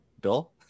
Bill